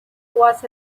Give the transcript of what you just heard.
was